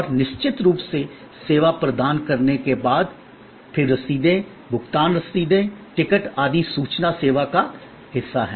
और निश्चित रूप से सेवा प्रदान करने के बाद फिर रसीदें भुगतान रसीदें टिकट आदि सूचना सेवा का हिस्सा हैं